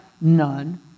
none